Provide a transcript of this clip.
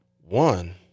One